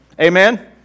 Amen